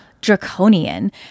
draconian